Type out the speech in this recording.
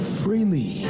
freely